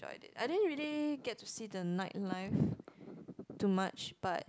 I didn't really get to see the nightlife too much but